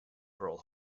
pearl